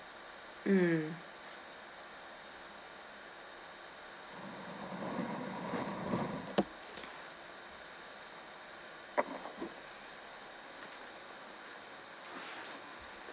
mm